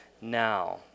now